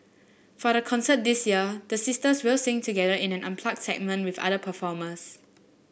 for the concert this year the sisters will sing together in an unplugged segment with other performers